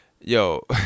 Yo